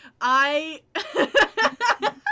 I-